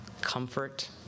comfort